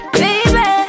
baby